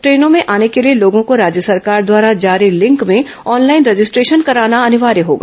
ट्रेनों में आने के लिए लोगों को राज्य सरकार द्वारा जारी लिंक में ऑनलाइन रजिस्ट्रेशन कराना अनिवार्य होगा